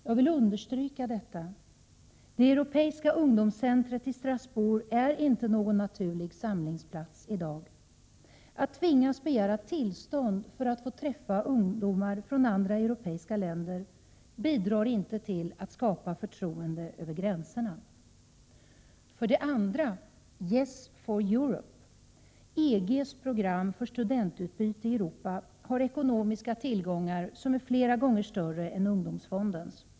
Jag vill understryka detta; det Europeiska ungdomscentret i Strasbourg är inte någon naturlig samlingsplats i dag. Att tvingas begära tillstånd för att få träffa andra europeiska ungdomar bidrar inte till att skapa förtroende över gränserna. För det andra: ”Yes for Europe!” EG:s program för studentutbyte i Europa har ekonomiska tillgångar som är flera gånger större än ungdomsfondens.